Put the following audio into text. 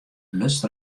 luts